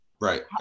right